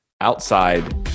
outside